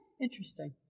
Interesting